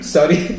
Sorry